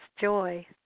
joy